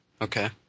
Okay